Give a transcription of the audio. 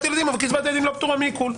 ילדים אבל קצבת ילדים לא פטורה מעיקול.